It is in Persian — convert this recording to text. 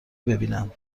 ببینند